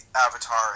avatar